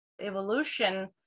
evolution